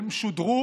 הן שודרו,